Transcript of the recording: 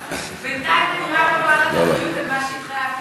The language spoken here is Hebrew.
בינתיים אני רק לוקחת אחריות על מה שהתחייבתי,